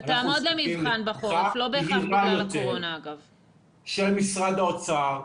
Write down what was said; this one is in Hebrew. אנחנו צריכים סיוע של משרד האוצר,